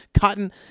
cotton